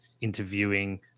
interviewing